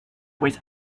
pues